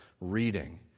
reading